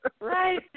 Right